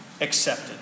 accepted